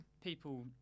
people